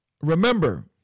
Remember